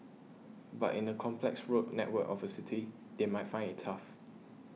but in the complex road network of a city they might find it tough